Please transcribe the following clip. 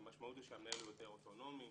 כשהמשמעות היא שהמנהל הוא יותר אוטונומי,